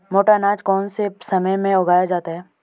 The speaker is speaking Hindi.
मोटा अनाज कौन से समय में उगाया जाता है?